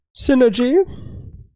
Synergy